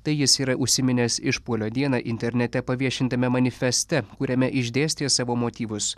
tai jis yra užsiminęs išpuolio dieną internete paviešintame manifeste kuriame išdėstė savo motyvus